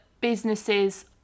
businesses